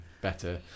better